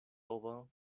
iowa